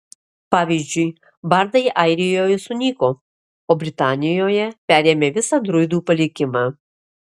pavyzdžiui bardai airijoje sunyko o britanijoje perėmė visą druidų palikimą